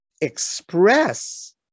express